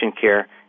care